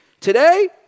Today